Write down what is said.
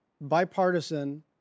bipartisan